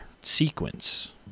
sequence